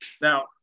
Now